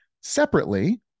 separately